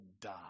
die